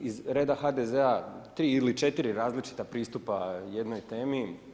Iz reda HDZ-a 3 ili 4 različita pristupa o jednoj temi.